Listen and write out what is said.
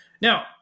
Now